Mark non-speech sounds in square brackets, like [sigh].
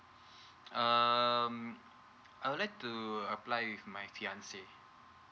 [breath] um I would like to apply my fiancee